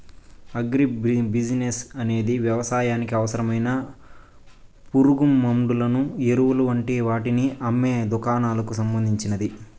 agri business అనేది వ్యవసాయానికి అవసరమైన పురుగుమండులను, ఎరువులు వంటి వాటిని అమ్మే దుకాణాలకు సంబంధించింది